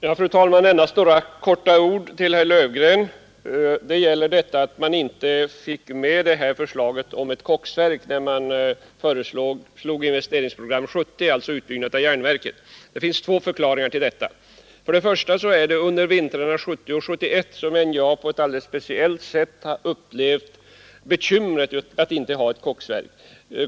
Fru talman! Jag skall endast säga några få ord till herr Löfgren avseende det förhållandet att man inte fick med förslaget om ett koksverk när man föreslog Investeringsprogram 70, alltså utbyggnaden av järnverket. Det finns två förklaringar Till att börja med var det under vintrarna 1970 och 1971 som NJA på ett alldeles speciellt sätt upplevde bekymmer av att inte ha ett koksverk.